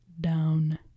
down